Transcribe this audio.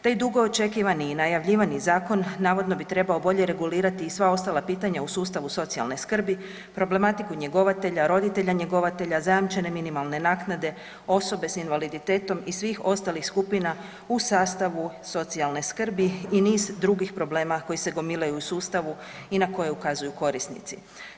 Taj dugo očekivani i najavljivani zakon navodno bi trebao bolje regulirati i sva ostala pitanja u sustavu socijalne skrbi, problematiku njegovatelja, roditelja njegovatelja, zajamčene minimalne naknade, osobe s invaliditetom i svih ostalih skupina u sastavu socijalne skrbi i niz drugih problema koji se gomilaju u sustavu i na koje ukazuju korisnici.